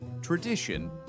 Tradition